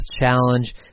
challenge